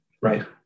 Right